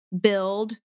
build